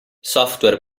software